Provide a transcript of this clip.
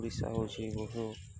ଓଡ଼ିଶା ହେଉଛି